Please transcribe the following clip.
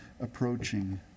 approaching